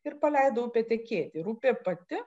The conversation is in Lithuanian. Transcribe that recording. ir paleido upę tekėti ir upė pati